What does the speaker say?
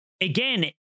again